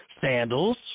sandals